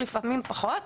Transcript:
לפעמים פחות,